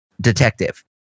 detective